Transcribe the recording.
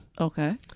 Okay